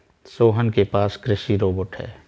सोहन के पास कृषि रोबोट है